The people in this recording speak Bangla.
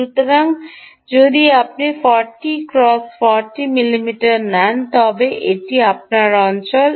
সুতরাং যদি আপনি 40 মিমি ক্রস 40 মিমি নেন তবে এটি আপনার অঞ্চল